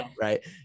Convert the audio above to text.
right